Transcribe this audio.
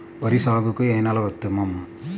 వరి సాగుకు ఏ నేల ఉత్తమం?